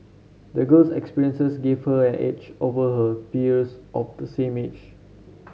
the girl's experiences gave her an edge over her peers of the same age